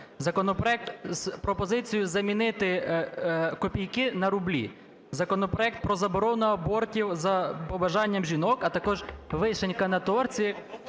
Законопроект з пропозицією замінити копійки на рублі. Законопроект про заборону абортів за побажанням жінок. А також "вишенька на торті"